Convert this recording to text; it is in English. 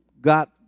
got